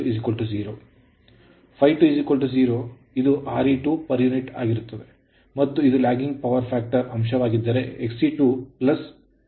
ಇದು Re2 per unit ಆಗಿರುತ್ತದೆ ಮತ್ತು ಇದು lagging power factorಹಿಂದುಳಿದ ವಿದ್ಯುತ್ ಅಂಶವಾಗಿದ್ದರೆXe2 ಅವಧಿಯಾಗುತ್ತದೆ